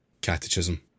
catechism